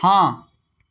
हाँ